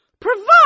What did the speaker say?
Provide